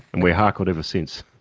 and we're harcourt ever since.